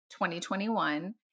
2021